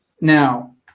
Now